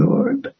Lord